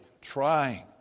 trying